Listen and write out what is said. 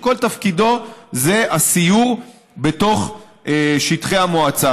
שכל תפקידו זה הסיור בתוך שטחי המועצה.